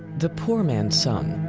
the poor man's son,